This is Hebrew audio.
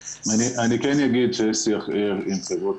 אני כן אגיד שיש שיח ער עם חברות